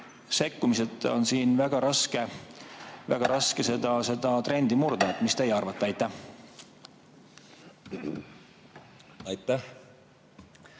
sekkumiseta on siin väga raske seda trendi murda. Mis teie arvate? Aitüma!